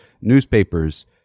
newspapers